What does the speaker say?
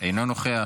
אינו נוכח,